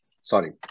Sorry